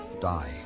die